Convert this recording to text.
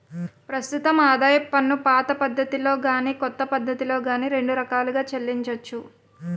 ప్రస్తుతం ఆదాయపు పన్నుపాత పద్ధతిలో గాని కొత్త పద్ధతిలో గాని రెండు రకాలుగా చెల్లించొచ్చు